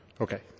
Okay